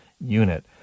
unit